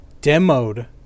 demoed